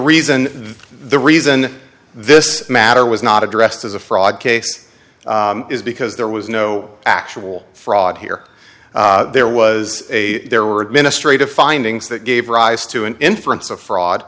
reason the reason this matter was not addressed as a fraud case is because there was no actual fraud here there was a there were administrative findings that gave rise to an inference of fraud